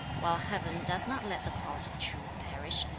while heaven does not let the cause of truth perish,